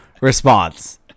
response